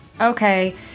Okay